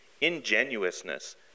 ingenuousness